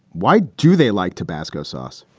why do they like tabasco sauce?